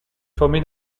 formé